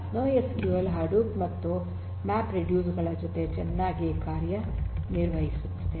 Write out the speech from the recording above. NoSQL Hadoop ಮತ್ತು map reduce ಗಳ ಜೊತೆ ಚೆನ್ನಾಗಿ ಕಾರ್ಯನಿರ್ವಹಿಸುತ್ತದೆ